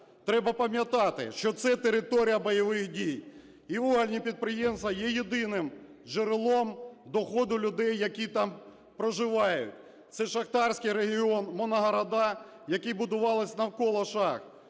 Треба пам'ятати, що це територія бойових дій і вугільні підприємства є єдиним джерелом доходу людей, які там проживають. Це шахтарський регіон, моногорода, які будувались навколо шахт.